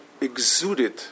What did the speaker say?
exuded